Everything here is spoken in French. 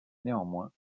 néanmoins